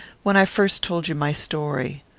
when i first told you my story.